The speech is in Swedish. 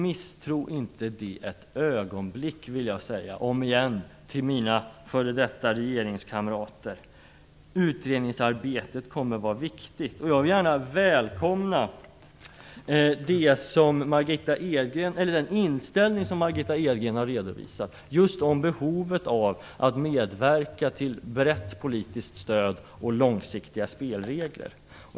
Misstro inte detta ett ögonblick - det vill jag säga till mina f.d. regeringskamrater. Utredningsarbetet kommer att vara viktigt. Jag välkomnar gärna den inställning som Margitta Edgren redovisade om behovet av att medverka till brett politiskt stöd och långsiktiga spelregler.